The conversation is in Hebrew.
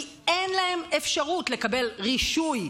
כי אין להם אפשרות לקבל רישוי,